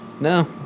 No